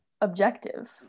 objective